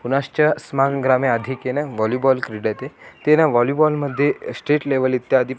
पुनश्च अस्माकं ग्रामे आधिकेन वालिबाल् क्रीडति तेन वालिबाल् मध्ये स्टेट् लेवल् इत्यादि